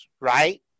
right